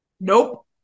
Nope